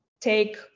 Take